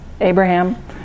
Abraham